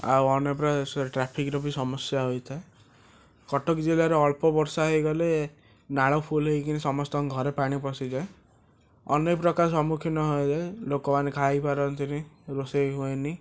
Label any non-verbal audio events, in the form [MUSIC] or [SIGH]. ଆଉ ଅନେକ [UNINTELLIGIBLE] ସେ ଟ୍ରାଫିକ ର ବି ସମସ୍ୟା ହୋଇଥାଏ କଟକ ଜିଲ୍ଲାରେ ଅଳ୍ପବର୍ଷା ହେଇଗଲେ ନାଳ ଫୁଲ୍ ହେଇକିନି ସମସ୍ତଙ୍କ ଘରେ ପାଣି ପସି ଯାଏ ଅନେକ ପ୍ରକାର ସମ୍ମୁଖୀନ ହୋଇଥାଏ ଲୋକମାନେ ଖାଇ ପାରନ୍ତିନି ରୋଷେଇ ହୁଏନି